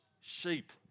sheep